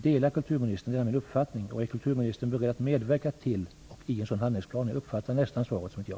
Delar kulturministern min uppfattning och är kulturministern beredd att medverka till och i en sådan handlingsplan? Jag uppfattade nästan svaret som ett ja.